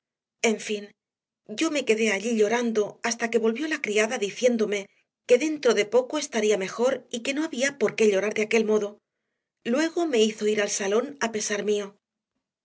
en fin yo me quedé allí llorando hasta que volvió la criada diciéndome que den tro de poco estaría mejor y que no había por qué llorar de aquel modo luego me hizo ir al salón a pesar mío